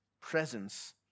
presence